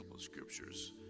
scriptures